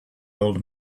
old